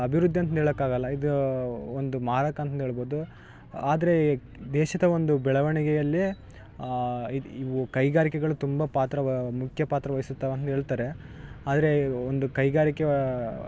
ಅಭಿವೃದ್ಧಿ ಅಂತಂದು ಹೇಳೋಕಾಗಲ್ಲ ಇದು ಒಂದು ಮಾರಕ ಅಂತಂದು ಹೇಳ್ಬೌದು ಆದರೆ ದೇಶದ ಒಂದು ಬೆಳವಣಿಗೆಯಲ್ಲಿ ಇದು ಇವು ಕೈಗಾರಿಕೆಗಳು ತುಂಬ ಪಾತ್ರ ವಾ ಮುಕ್ಯ ಪಾತ್ರವಹಿಸುತಾವೆ ಅಂದು ಹೇಳ್ತಾರೆ ಆದರೆ ಒಂದು ಕೈಗಾರಿಕೇ